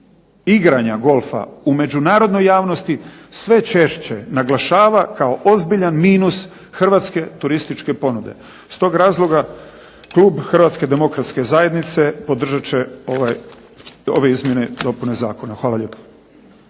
igranja golfa u međunarodnoj javnosti sve češće naglašava kao ozbiljan minus hrvatske turističke ponude. S tog razloga klub Hrvatske demokratske zajednice podržat će ove izmjene i dopune zakona. Hvala lijepa.